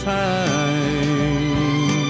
time